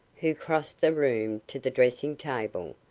who crossed the room to the dressing-table,